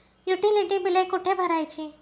Utility बिले कुठे भरायची?